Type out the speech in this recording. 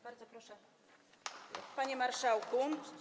Bardzo proszę, panie marszałku.